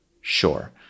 sure